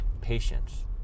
patience